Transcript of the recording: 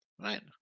Right